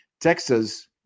Texas